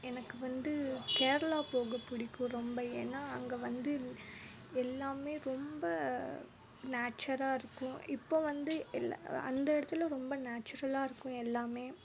எனக்கு வந்து கேரளா போக பிடிக்கும் ரொம்ப ஏன்னா அங்கே வந்து எல்லாம் ரொம்ப நேச்சராக இருக்கும் இப்போ வந்து எல்லாம் அந்த இடத்துல ரொம்ப நேச்சுரலாக இருக்கும் எல்லாம்